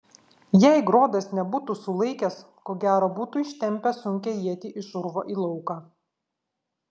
jei grodas nebūtų sulaikęs ko gero būtų ištempęs sunkią ietį iš urvo į lauką